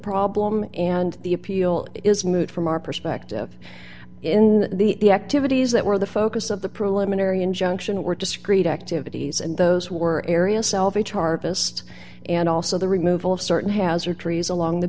problem and the appeal is moot from our perspective in the activities that were the focus of the preliminary injunction were discreet activities and those were areas salvage harvest and also the removal of certain hazar trees along the